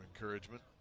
encouragement